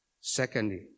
Secondly